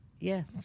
Yes